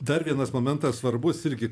dar vienas momentas svarbus irgi